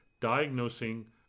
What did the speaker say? diagnosing